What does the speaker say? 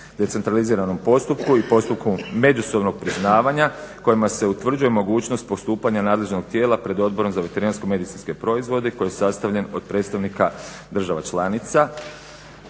decentraliziranom postupku i postupku međusobnog priznavanja kojima se utvrđuje mogućnost postupanja nadležnog tijela pred Odborom za veterinarsko-medicinske proizvode koji je sastavljen od predstavnika država članica